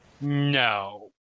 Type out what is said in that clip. No